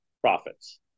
profits